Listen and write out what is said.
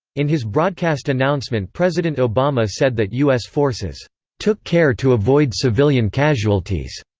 in his broadcast announcement president obama said that us forces took care to avoid civilian casualties.